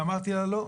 ואמרתי לה לא.